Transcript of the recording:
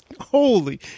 holy